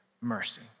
mercy